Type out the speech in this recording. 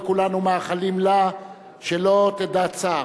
וכולנו מאחלים לה שלא תדע צער.